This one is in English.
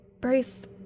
Brace